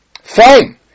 fine